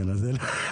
מירה...